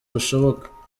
bushoboka